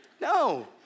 No